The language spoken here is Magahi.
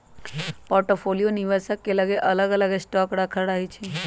पोर्टफोलियो निवेशक के लगे अलग अलग स्टॉक राखल रहै छइ